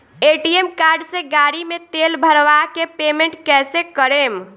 ATM card से गाड़ी मे तेल भरवा के पेमेंट कैसे करेम?